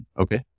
Okay